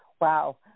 wow